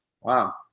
Wow